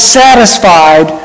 satisfied